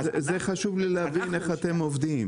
זה חשוב לי להבין איך אתם עובדים.